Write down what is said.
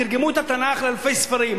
תרגמו את התנ"ך לאלפי ספרים.